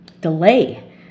delay